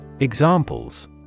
Examples